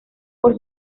por